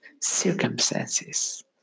circumstances